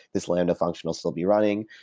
this lambda function will still be running,